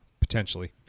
potentially